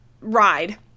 ride